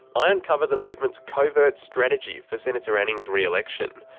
i uncover the movement's covert strategy for senator anning's re-election.